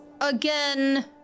again